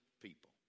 people